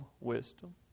wisdom